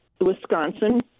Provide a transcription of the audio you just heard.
Wisconsin